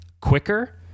quicker